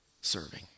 serving